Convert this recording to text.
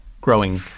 growing